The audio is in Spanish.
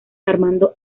armando